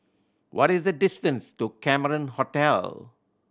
what is the distance to Cameron Hotel